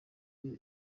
iyo